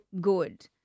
good